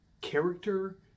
character